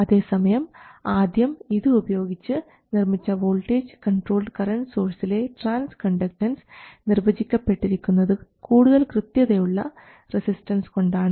അതേസമയം ആദ്യം ഇത് ഉപയോഗിച്ച് നിർമ്മിച്ച വോൾട്ടേജ് കൺട്രോൾഡ് കറൻറ് സോഴ്സിലെ ട്രാൻസ് കണ്ടക്ടൻസ് നിർവചിക്കപ്പെട്ടിരിക്കുന്നത് കൂടുതൽ കൃത്യതയുള്ള റെസിസ്റ്റൻസ് കൊണ്ടാണ്